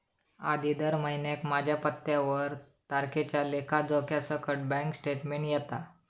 आधी दर महिन्याक माझ्या पत्त्यावर तारखेच्या लेखा जोख्यासकट बॅन्क स्टेटमेंट येता